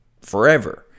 forever